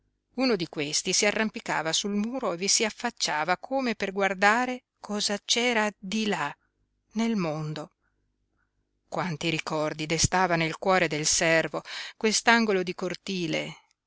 uno di questi si arrampicava sul muro e vi si affacciava come per guardare cosa c'era di là nel mondo quanti ricordi destava nel cuore del servo quest'angolo di cortile